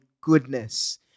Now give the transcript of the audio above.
goodness